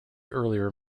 earlier